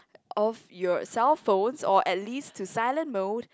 off your cellphone or at least to silent mode